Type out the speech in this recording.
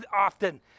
often